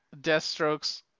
Deathstrokes